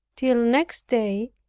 till next day,